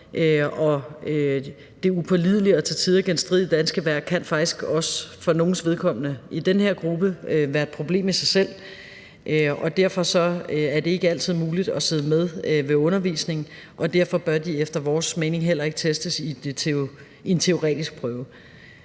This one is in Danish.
det upålidelige og til tider genstridige danske vejr kan faktisk også for nogle i den her gruppe være et problem i sig selv. Derfor er det ikke altid muligt at sidde med ved undervisningen, og derfor bør de efter vores mening heller ikke testes ved en teoretisk prøve.